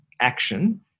action